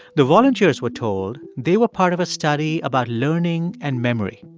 the volunteers were told they were part of a study about learning and memory.